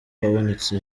habonetse